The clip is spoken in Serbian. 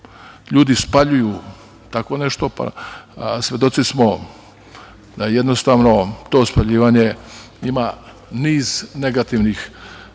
ljudi spaljuju tako nešto. Svedoci smo da jednostavno to spaljivanje ima niz negativnih